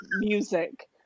music